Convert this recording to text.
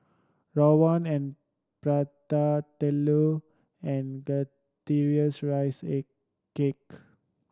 rawon and Prata Telur and rice a cake